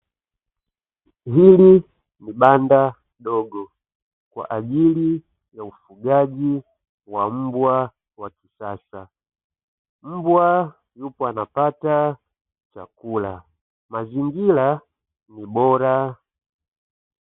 Hili ni banda dogo kwa ajili ya ufugaji wa mbwa wa kisasa, mbwa yupo anapata chakula mazingira ni bora.